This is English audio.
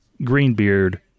Greenbeard